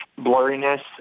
blurriness